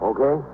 Okay